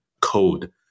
code